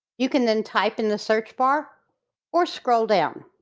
you can then type in the search bar or scroll down.